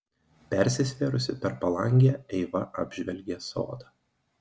persisvėrusi per palangę eiva apžvelgė sodą